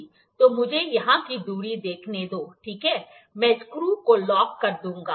तो मुझे यहाँ की दूरी देखने दो ठीक है मैं स्क्रू को लॉक कर दूँगा